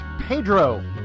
Pedro